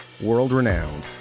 world-renowned